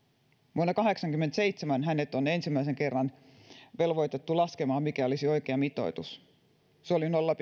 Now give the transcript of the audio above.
vuonna kahdeksankymmentäseitsemän hänet on ensimmäisen kerran velvoitettu laskemaan mikä olisi oikea mitoitus se oli nolla